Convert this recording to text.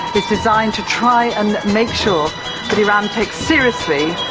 is designed to try and make sure that iran takes seriously